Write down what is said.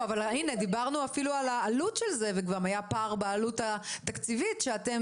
דיברנו אפילו על העלות של זה והיה פער בעלות התקציבית שאתם